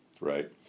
right